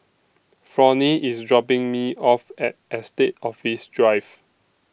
Fronie IS dropping Me off At Estate Office Drive